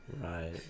right